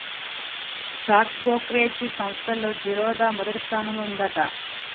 stock brokerage సంస్తల్లో జిరోదా మొదటి స్థానంలో ఉందంట